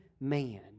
man